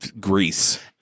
Greece